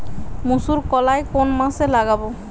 মুসুর কলাই কোন মাসে লাগাব?